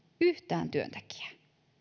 yhtään työntekijää